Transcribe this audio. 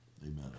Amen